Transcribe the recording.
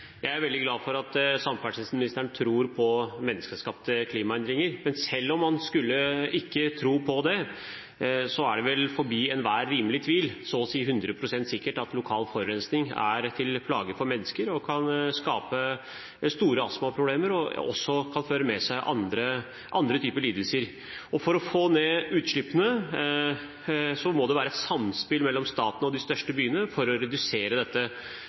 Jeg er veldig glad for at samferdselsministeren tror på menneskeskapte klimaendringer. Men selv om han ikke skulle tro på det, er det vel forbi enhver rimelig tvil, så å si 100 pst. sikkert, at lokal forurensning er til plage for mennesker og kan skape store astmaproblemer og også kan føre med seg andre typer lidelser. For å få ned utslippene og redusere dette må det være et samspill mellom staten og de største byene,